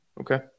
Okay